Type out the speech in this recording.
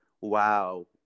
wow